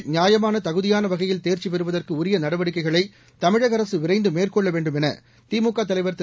அவர்கள் நியாயமான தகுதியான வகையில் தேர்ச்சி பெறுவதற்கு உரிய நடவடிக்கைகளை தமிழக அரசு விரைந்து மேற்கொள்ள வேண்டும் என திமுக தலைவர் திரு